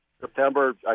September